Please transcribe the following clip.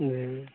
जी